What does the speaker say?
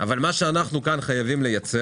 אז אנחנו לא רואים מקום